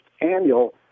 annual